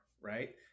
Right